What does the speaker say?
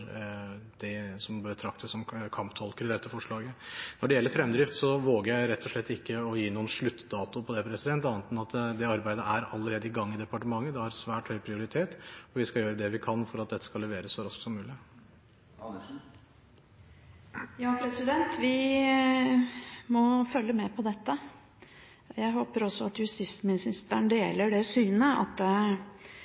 det som betraktes som kamptolker i dette forslaget. Når det gjelder fremdrift, våger jeg rett og slett ikke å gi en sluttdato, annet enn at arbeidet er allerede i gang i departementet og har svært høy prioritet. Vi skal gjøre det vi kan for at dette leveres så raskt som mulig. Vi må følge med på dette. Jeg håper også at justisministeren deler det synet at vi overhodet ikke er i mål før vi vet at dette er personer som er i sikkerhet. Men det